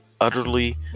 utterly